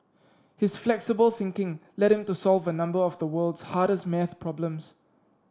his flexible thinking led him to solve a number of the world's hardest math problems